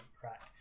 crack